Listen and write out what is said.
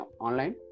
online